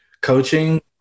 Coaching